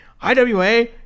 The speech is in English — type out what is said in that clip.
IWA